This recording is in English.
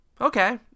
Okay